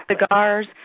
cigars